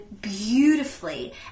beautifully